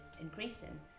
increasing